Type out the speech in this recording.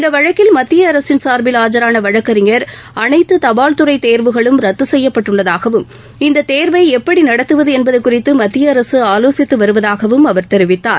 இந்த வழக்கில் மத்திய அரசின் சார்பில் ஆஜரான வழக்கறிஞர் அனைத்து தபால் துறை தேர்வுகளும் ரத்து செய்யப்பட்டுள்ளதாகவும் இந்த தேர்வை எப்படி நடத்துவது என்பது குறித்து மத்திய அரசு ஆவோசித்து வருவதாகவும் அவர் தெரிவித்தார்